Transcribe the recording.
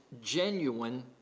genuine